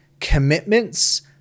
commitments